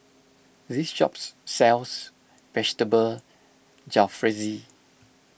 this shop sells Vegetable Jalfrezi